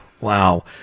Wow